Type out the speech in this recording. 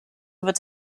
wird